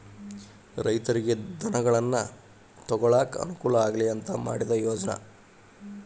ರೈತರಿಗೆ ಧನಗಳನ್ನಾ ತೊಗೊಳಾಕ ಅನಕೂಲ ಆಗ್ಲಿ ಅಂತಾ ಮಾಡಿದ ಯೋಜ್ನಾ